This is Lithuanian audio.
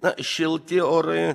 na šilti orai